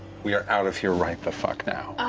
we are out of here right the fuck now.